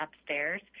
upstairs